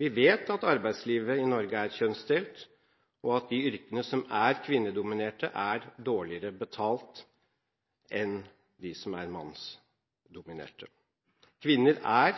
Vi vet at arbeidslivet i Norge er kjønnsdelt, og at de yrkene som er kvinnedominerte, er dårligere betalt enn de som er mannsdominerte. Kvinner er